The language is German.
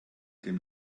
dem